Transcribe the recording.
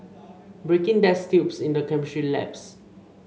breaking test tubes in the chemistry labs